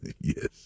yes